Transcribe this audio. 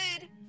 good